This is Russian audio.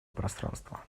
пространства